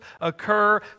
occur